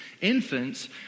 infants